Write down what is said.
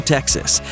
Texas